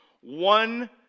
One